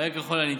מהר ככל הניתן.